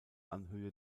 anhöhe